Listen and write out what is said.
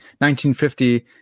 1950